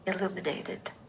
illuminated